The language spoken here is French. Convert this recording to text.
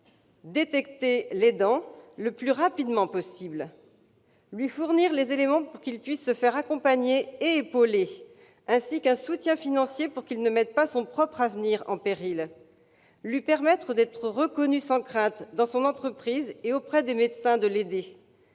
détecter l'aidant le plus rapidement possible ; lui fournir les éléments nécessaires pour qu'il puisse se faire accompagner, ainsi qu'un soutien financier pour qu'il ne mette pas son propre avenir en péril ; lui permettre d'être reconnu sans crainte dans son entreprise et auprès des médecins de l'aidé